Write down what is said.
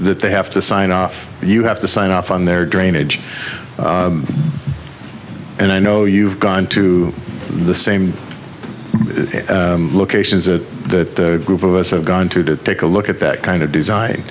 that they have to sign off you have to sign off on their drainage and i know you've gone to the same locations that the group of us have gone to to take a look at that kind of design